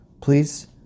please